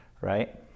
Right